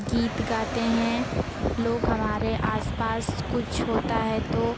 गीत गाते हैं लोग हमारे आसपास कुछ होता है तो